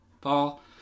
paul